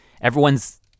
everyone's